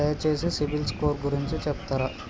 దయచేసి CIBIL score గురించి చెప్తరా?